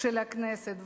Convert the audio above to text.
של הכנסת,